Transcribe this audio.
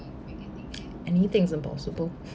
anything is impossible